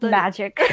magic